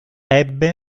ebbe